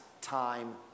time